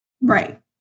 right